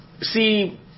see